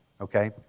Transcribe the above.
okay